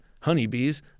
honeybees